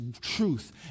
truth